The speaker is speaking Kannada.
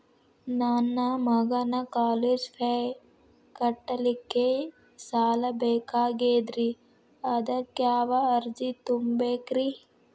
ನನ್ನ ಮಗನ ಕಾಲೇಜು ಫೇ ತುಂಬಲಿಕ್ಕೆ ಸಾಲ ಬೇಕಾಗೆದ್ರಿ ಅದಕ್ಯಾವ ಅರ್ಜಿ ತುಂಬೇಕ್ರಿ?